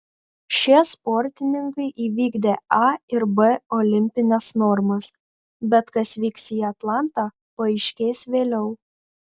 šie sportininkai įvykdė a ir b olimpines normas bet kas vyks į atlantą paaiškės vėliau